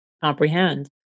comprehend